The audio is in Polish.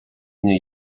dnie